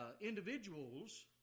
individual's